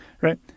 right